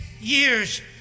years